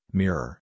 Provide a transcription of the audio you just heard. mirror